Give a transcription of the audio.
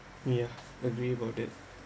ya agree about it